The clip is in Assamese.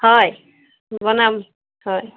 হয় বনাম হয়